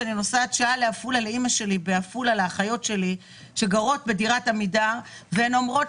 כשאני נוסעת שעה לאימא שלי ולאחיות שלי שגרות בדירת עמידר והן אומרות